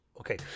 Okay